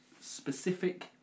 specific